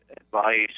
advice